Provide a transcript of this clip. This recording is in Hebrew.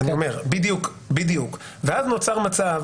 בדיוק, ואז נוצר מצב